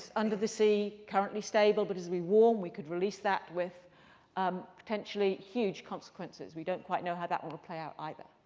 under the sea. currently stable, but as we warm, we could release that with um potentially huge consequences. we don't quite know how that one will play out either.